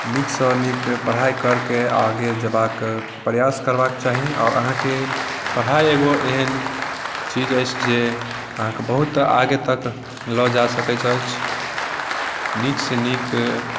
नीकसँ नीक पढ़ाइ करिके आगे जयबाक प्रयास करबाक चाही आओर अहाँके पढ़ाइ एगो एहन चीज अछि जे अहाँके बहुत आगे तक लऽ जा सकैत अछि नीकसँ नीक